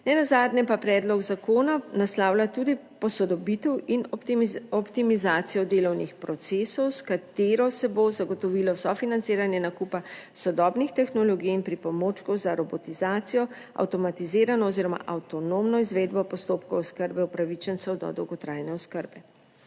Nenazadnje pa predlog zakona naslavlja tudi posodobitev in optimizacijo delovnih procesov, s katerima se bo zagotovilo sofinanciranje nakupa sodobnih tehnologij in pripomočkov za robotizacijo, avtomatizirano oziroma avtonomno izvedbo postopkov oskrbe upravičencev do dolgotrajne oskrbe.